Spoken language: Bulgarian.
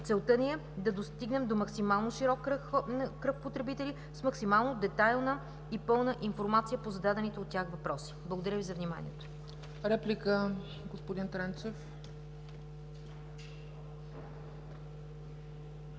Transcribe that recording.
Целта ни е да достигнем до максимално широк кръг потребители с максимално детайлна и пълна информация по зададените от тях въпроси. Благодаря Ви за вниманието.